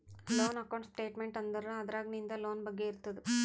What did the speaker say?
loan account statement ಅಂದುರ್ ಅದ್ರಾಗ್ ನಿಂದ್ ಲೋನ್ ಬಗ್ಗೆ ಇರ್ತುದ್